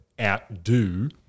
outdo